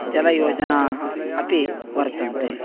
जलयोजनाः अपि वर्तन्ते